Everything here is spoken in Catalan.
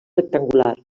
rectangular